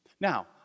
Now